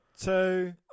Two